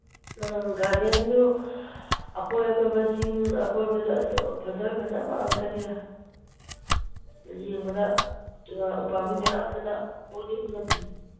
ꯑꯪ ꯒꯥꯔꯗꯦꯟꯁꯨ ꯑꯀꯣꯏ ꯑꯀꯣꯏꯕ ꯆꯤꯡ ꯑꯀꯣꯏꯕꯗꯁꯨ ꯑꯁ ꯐꯖ ꯐꯖꯕ ꯉꯥꯛꯇꯅꯤꯗ ꯌꯦꯡꯕꯗ ꯎꯄꯥꯝꯕ ꯃꯌꯥꯝꯗꯨꯅ